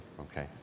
Okay